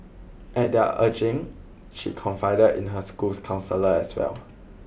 at their urging she confided in her school's counsellor as well